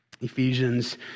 Ephesians